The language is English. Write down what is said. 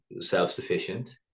self-sufficient